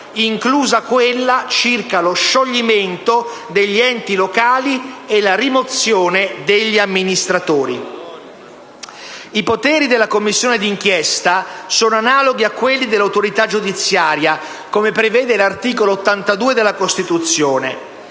inclusa quella circa lo scioglimento degli enti locali e la rimozione degli amministratori. I poteri della Commissione d'inchiesta sono analoghi a quelli dell'autorità giudiziaria, come prevede l'articolo 82 della Costituzione.